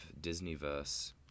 Disney-verse